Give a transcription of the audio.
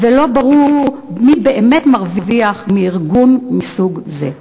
ולא ברור מי באמת מרוויח מארגון מסוג זה.